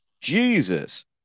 Jesus